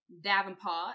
Davenport